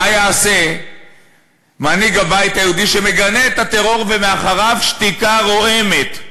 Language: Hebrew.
מה יעשה מנהיג הבית היהודי שמגנה את הטרור ומאחוריו שתיקה רועמת?